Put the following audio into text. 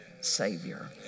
savior